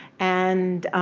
and